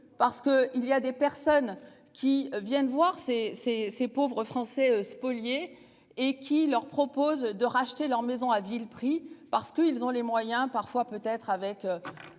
parce que il y a des personnes qui viennent voir ces ces ces pauvres Français spoliés et qui leur propose de racheter leur maison à vil prix parce qu'ils ont les moyens parfois peut être avec.